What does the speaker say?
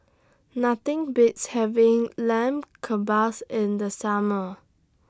Nothing Beats having Lamb Kebabs in The Summer